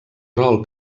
rol